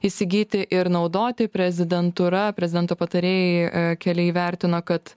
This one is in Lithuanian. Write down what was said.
įsigyti ir naudoti prezidentūra prezidento patarėjai keli įvertino kad